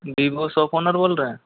Vivo shop owner बोल रहे हैं